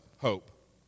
hope